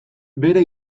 bere